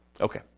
Okay